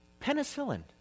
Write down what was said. Penicillin